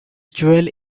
jewel